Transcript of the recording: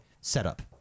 setup